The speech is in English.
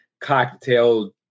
cocktail